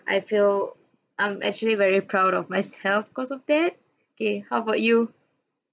I feel I'm actually very proud of myself because of that okay how about you